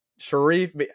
Sharif